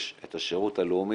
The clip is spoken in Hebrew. יש את השירות הלאומי,